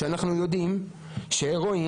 ואנחנו יודעים שהרואין,